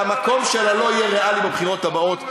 שהמקום שלה לא יהיה ריאלי בבחירות הבאות,